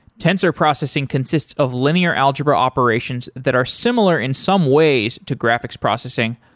tensor processing consists of linear algebra operations that are similar in some ways to graphics processing,